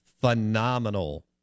phenomenal